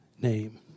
name